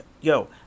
yo